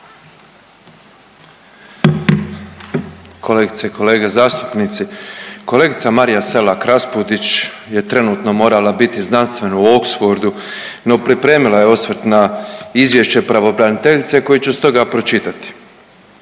Kolegice i kolege zastupnici, kolegica Marija Selak Raspudić je trenutno morala biti znanstveno u Oxfordu no pripremila je osvrt na Izvješće pravobraniteljice koje ću stoga pročitati.